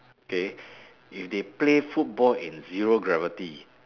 okay if they play football in zero gravity